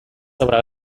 sobre